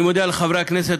אני מודיע לחברי הכנסת,